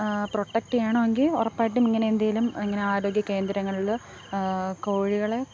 protect ചെയ്യണമെങ്കിൽ ഉറപ്പായിട്ടും ഇങ്ങനെ എന്തെങ്കിലും ഇങ്ങനെ ആരോഗ്യകേന്ദ്രങ്ങളിൽ കോഴികളെ